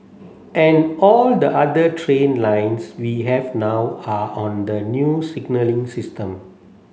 and all the other train lines we have now are on the new signalling system